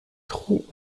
trous